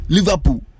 Liverpool